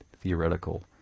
theoretical